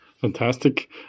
Fantastic